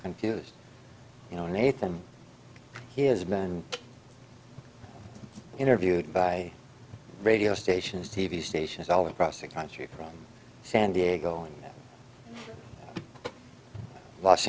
confused you know nathan he has been interviewed by radio stations t v stations all across the country from san diego and los